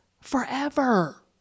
forever